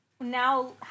Now